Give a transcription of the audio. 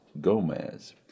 Gomez